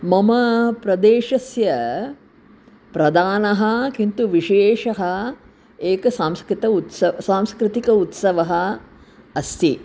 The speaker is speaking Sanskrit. मम प्रदेशस्य प्रधानः किन्तु विशेषः एकः सांस्कृत उत्सव सांस्कृतिकः उत्सवः अस्ति